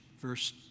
verse